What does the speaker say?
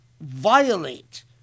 violate